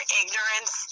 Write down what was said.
ignorance